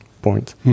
point